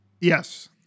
Yes